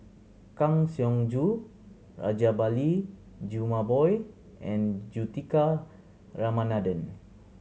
Kang Siong Joo Rajabali Jumabhoy and Juthika Ramanathan